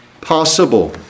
possible